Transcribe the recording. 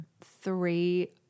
three